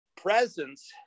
presence